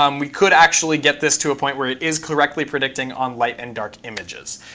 um we could actually get this to a point where it is correctly predicting on light and dark images.